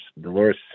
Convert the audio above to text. Dolores